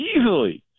Easily